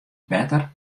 better